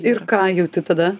ir ką jauti tada